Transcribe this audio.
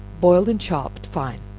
boiled and chopped fine,